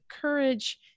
courage